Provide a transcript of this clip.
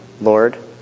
Lord